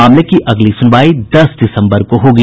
मामले की अगली सुनवाई दस दिसम्बर को होगी